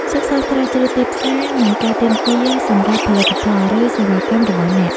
សិក្សាស្រាវជ្រាវទីផ្សារ និងការទាមទារសម្រាប់ផលិតផល ឬសេវាកម្មរបស់អ្នក។